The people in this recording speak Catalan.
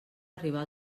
arribar